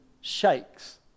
shakes